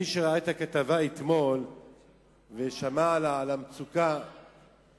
מי שראה את הכתבה אתמול ושמע על המצוקה שבבתי-הכלא,